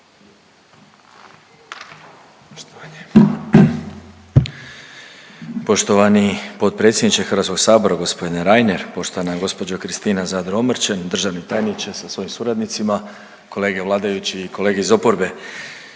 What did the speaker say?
Poštovani potpredsjedniče Hrvatskog sabora gospodine Reiner, poštovana gospođo Kristina Zadro Omrčen, državni tajniče sa svojim suradnicima, kolege vladajući i kolege iz oporbe.